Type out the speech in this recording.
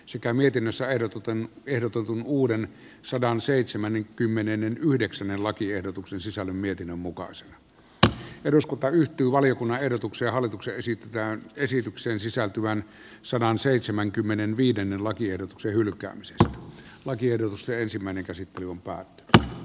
sekä mietinnössä erotutaan kerta kun uuden sadanseitsemän kymmenen yhdeksän lakiehdotuksen sisällön mietinnön mukaan sen että eduskunta yhtyi valiokunnan ehdotuksena hallitukseen esitetään esitykseen sisältyvän sadanseitsemänkymmenenviiden lakiehdotuksen hylkäämisestä laki edustaja käsittelyn pohjana on paha a